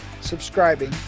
subscribing